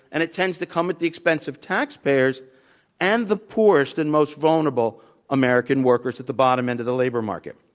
and it tends to come at the expense of taxpayers and the poorest and most vulnerable american workers at the bottom end of the labor market.